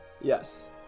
Yes